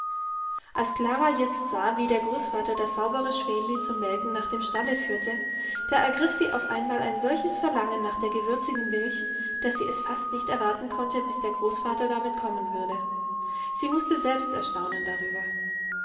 als klara jetzt sah wie der großvater das saubere schwänli zum melken nach dem stalle führte da ergriff sie auf einmal ein solches verlangen nach der gewürzigen milch daß sie es fast nicht erwarten konnte bis der großvater damit kommen würde sie mußte selbst erstaunen darüber